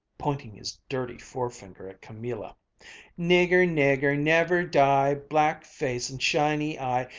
pointing his dirty forefinger at camilla nigger, nigger, never die, black face and shiny eye,